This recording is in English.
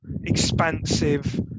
expansive